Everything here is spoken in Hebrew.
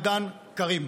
וברמדאן כרים.